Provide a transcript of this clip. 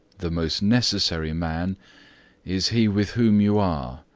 the most necessary man is he with whom you are,